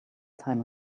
time